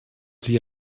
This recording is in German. sie